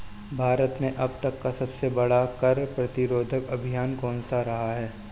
भारत में अब तक का सबसे बड़ा कर प्रतिरोध अभियान कौनसा रहा है?